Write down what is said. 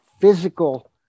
physical